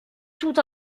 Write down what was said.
tout